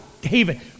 David